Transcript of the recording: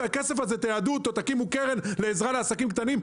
להקים קרן לעזרה לעסקים קטנים.